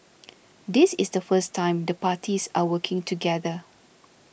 this is the first time the parties are working together